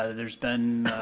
ah there's been